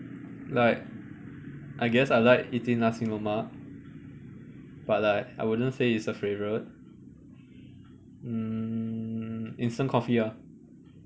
like I guess I like eating nasi lemak but like I wouldn't say it's a favourite mm instant coffee ah